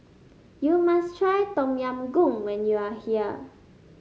you must try Tom Yam Goong when you are here